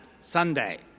Sunday